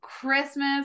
Christmas